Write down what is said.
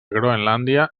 groenlàndia